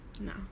no